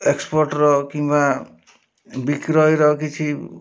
exporter କିମ୍ବା ବିକ୍ରୟର କିଛି